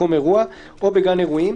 מקום אירוע) או בגן אירועים,